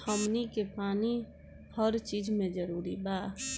हमनी के पानी हर चिज मे जरूरी बा